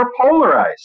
polarized